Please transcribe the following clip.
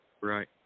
Right